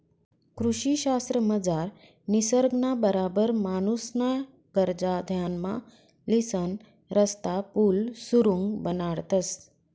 कृषी शास्त्रमझार निसर्गना बराबर माणूसन्या गरजा ध्यानमा लिसन रस्ता, पुल, सुरुंग बनाडतंस